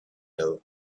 out